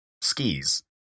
skis